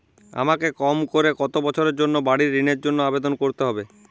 আমাকে কম করে কতো বছরের জন্য বাড়ীর ঋণের জন্য আবেদন করতে হবে?